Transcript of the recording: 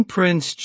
Prince